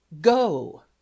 go